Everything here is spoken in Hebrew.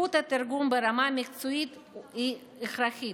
איכות התרגום ברמה מקצועית היא הכרחית.